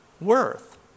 worth